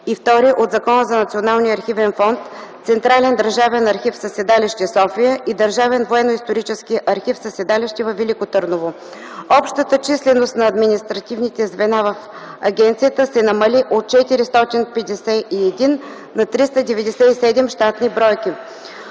и 22 от Закона за Националния архивен фонд – Централен държавен архив със седалище в София и Държавен военноисторически архив със седалище във Велико Търново. Общата численост на административните звена в агенцията се намали от 451 на 397 щатни бройки.